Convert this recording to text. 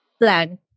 plan